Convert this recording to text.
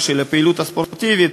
ושל הפעילות הספורטיבית,